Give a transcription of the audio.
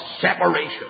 separation